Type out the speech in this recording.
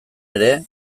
ere